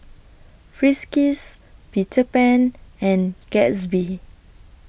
Friskies Peter Pan and Gatsby